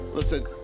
Listen